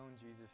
Jesus